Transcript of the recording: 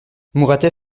mouratet